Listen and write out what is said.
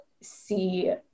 see